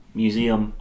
museum